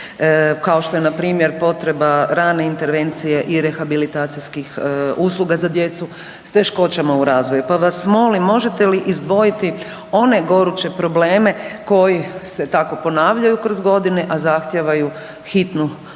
kao što je npr. potreba rane intervencije i rehabilitacijskih usluga za djecu s teškoćama u razvoju pa vas molim možete li izdvojiti one goruće probleme koji se tako ponavljaju kroz godine, a zahtijevaju hitnu aktivnost